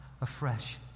afresh